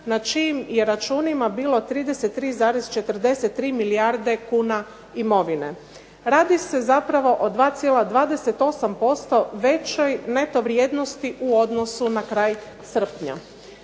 na čijim je računima bilo 33,43 milijarde kuna imovine. Radi se zapravo o 2,28% većoj neto vrijednosti u odnosu na kraj srpnja.